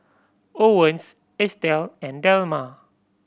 Owens Estelle and Delmer